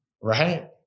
right